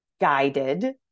guided